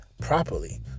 properly